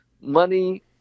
money